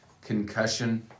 concussion